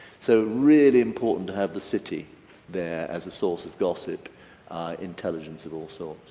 so really important to have the city there as a source of gossip intelligence of all so